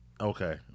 okay